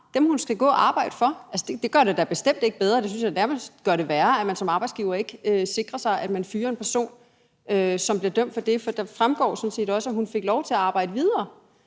dem, hun skal gå og arbejde for. Altså, det gør det da bestemt ikke bedre, og jeg synes nærmest, det gør det værre, at man som arbejdsgiver ikke sikrer sig, at man fyrer en person, som bliver dømt for det. For det fremgår jo sådan set også, at hun fik lov til at arbejde videre.